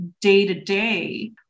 day-to-day